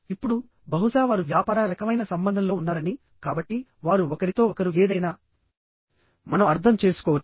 ఇప్పుడు బహుశా వారు వ్యాపార రకమైన సంబంధంలో ఉన్నారని కాబట్టి వారు ఒకరితో ఒకరు ఏదైనా మార్పిడి చేసుకోవడానికి ప్రయత్నిస్తున్నారని మనం అర్థం చేసుకోవచ్చు